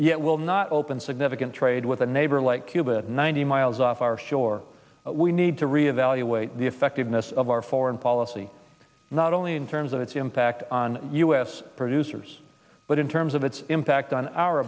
yet will not open significant trade with a neighbor like cuba ninety miles off our shore we need to re evaluate the effectiveness of our foreign policy not only in terms of its impact on u s producers but in terms of its impact on our